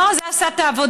הדור הזה עשה את העבודה.